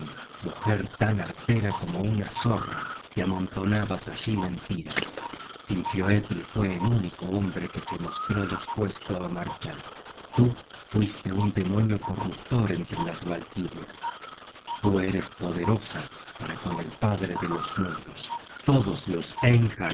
mujer tan artera como una zorra y amontonabas allí mentiras sinfioetle fue el único hombre que se mostró dispuesto á marchar tú fuiste un demonio corruptor entre las valkirias tú eres poderosa para con el padre de los mundos todos los